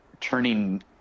turning